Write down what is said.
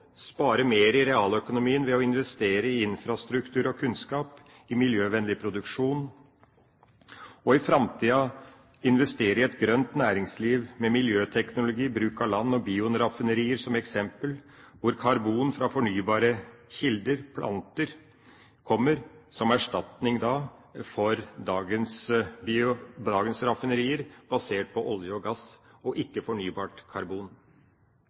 spare mer i realøkonomien ved å investere i infrastruktur og kunnskap, i miljøvennlig produksjon og i framtida investere i et grønt næringsliv med miljøteknologi, bruk av land- og bioraffinerier som eksempel, hvor karbon fra fornybare kilder, planter, kommer som erstatning for dagens raffinerier, som er basert på olje og gass og ikke fornybart karbon.